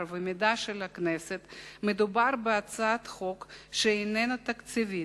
והמידע של הכנסת מדובר בהצעת חוק שאיננה תקציבית,